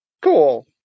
Cool